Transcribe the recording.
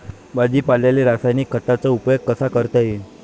भाजीपाल्याले रासायनिक खतांचा उपयोग कसा करता येईन?